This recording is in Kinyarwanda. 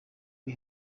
ari